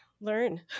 learn